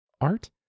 art